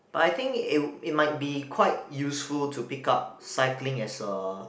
but I think it it might be quite useful to pick up cycling as a